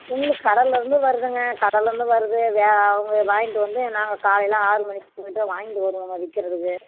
மீன் கடல்லயிருந்து வருதுங்க கடல்லயிருந்து வருது வே அவங்க வாங்கிட்டு வந்து நாங்கள் காலையில் ஆறு மணிக்கு அவங்கக்கிட்ட வாங்கிட்டு வருவோங்க விற்கிறதுக்கு